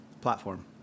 platform